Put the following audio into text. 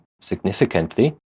significantly